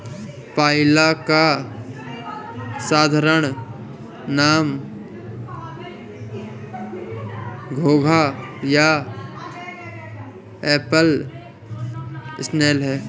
पाइला का साधारण नाम घोंघा या एप्पल स्नेल है